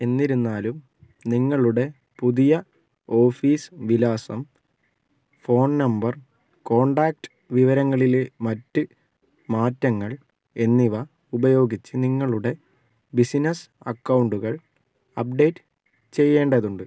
എന്നിരുന്നാലും നിങ്ങളുടെ പുതിയ ഓഫീസ് വിലാസം ഫോൺ നമ്പർ കോൺടാക്റ്റ് വിവരങ്ങളിലെ മറ്റ് മാറ്റങ്ങൾ എന്നിവ ഉപയോഗിച്ച് നിങ്ങളുടെ ബിസിനസ്സ് അക്കൗണ്ടുകൾ അപ്ഡേറ്റ് ചെയ്യേണ്ടതുണ്ട്